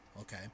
Okay